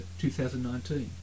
2019